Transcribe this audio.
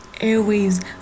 Airways